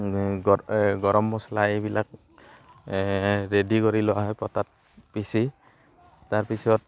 গৰম মছলা এইবিলাক ৰেডি কৰি লোৱা হয় পটাত পিছি তাৰপিছত